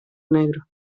negro